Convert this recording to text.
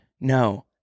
no